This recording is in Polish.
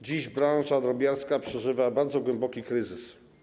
Dziś branża drobiarska przeżywa bardzo głęboki kryzys.